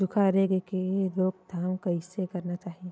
सुखा रोग के रोकथाम कइसे करना चाही?